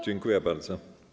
Dziękuję bardzo.